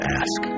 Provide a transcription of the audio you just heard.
ask